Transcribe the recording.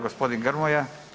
Gospodin Grmoja.